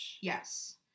Yes